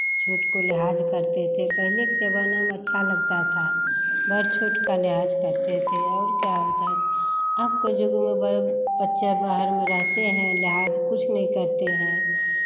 छोट को लिहाज़ करते थे पहले के ज़माना में अच्छा लगता था बड़ छोट का लिहाज़ करते थे और क्या होता है अब का युग में बड़ा बच्चा बाहर में रहते हैं लिहाज़ कुछ नहीं करते हैं